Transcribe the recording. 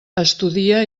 estudia